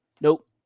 Nope